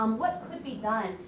um what could be done?